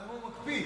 למה, הוא מקפיא.